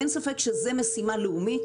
אין ספק שזאת משימה לאומית.